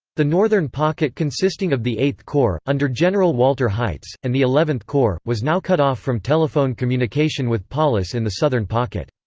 the northern pocket consisting of the viiith corps, under general walter heitz, and the xith corps, was now cut off from telephone communication with paulus in the southern pocket.